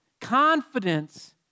Confidence